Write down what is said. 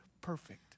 perfect